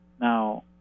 Now